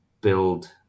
build